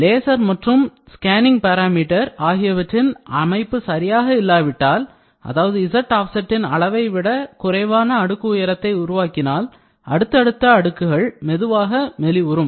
laser மற்றும் scanning parameter scanning parameter ஆகியவற்றின் அமைப்பு சரியாக இல்லாவிட்டால் அதாவது z offset value வின் அளவைவிட குறைவான அடுக்கு உயரத்தை உருவாக்கினால் அடுத்தடுத்த அடுக்குகள் மெதுவாக மெலிவுரும்